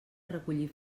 recollir